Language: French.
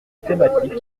thématique